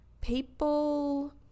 people